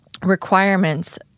Requirements